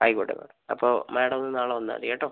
ആയിക്കോട്ടെ മാഡം അപ്പോൾ മാഡം ഒന്ന് നാളെ വന്നാൽ മതി കേട്ടോ